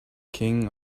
king